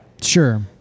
Sure